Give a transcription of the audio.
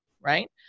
right